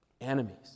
enemies